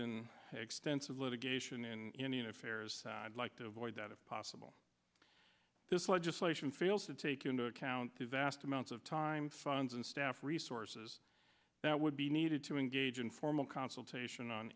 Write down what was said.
in extensive litigation in indian affairs i'd like to avoid that if possible this legislation fails to take into account the vast amounts of time funds and staff resources that would be needed to engage in formal consultation on